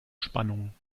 spannung